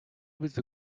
with